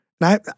Now